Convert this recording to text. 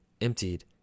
emptied